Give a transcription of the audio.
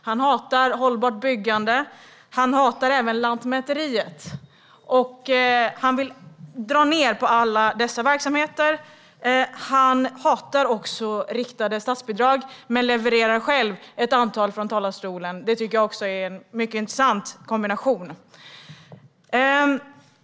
Han hatar hållbart byggande. Han hatar även Lantmäteriet. Han vill dra ned på alla dessa verksamheter. Han hatar också riktade statsbidrag men föreslår själv ett antal i talarstolen. Det tycker jag är en mycket intressant kombination.